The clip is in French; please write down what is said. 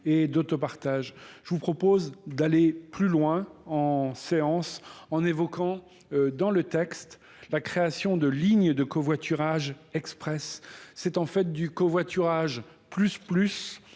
et d'autopartage je vous propose d'aller plus loin en séance en évoquant dans le texte la création de lignes de covoiturage Express, c'est en fait du covoiturage plus très